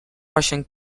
russian